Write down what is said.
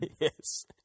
Yes